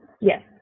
yes